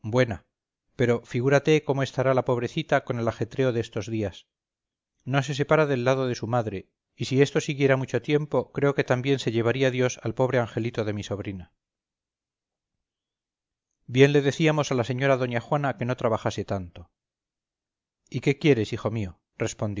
buena pero figúrate cómo estará la pobrecita con el ajetreo de estos días no se separa del lado de su madre y si esto siguiera mucho tiempo creo que también se llevaría dios al pobre angelito de mi sobrina bien le decíamos a la señora doña juana que no trabajase tanto y qué quieres hijo mío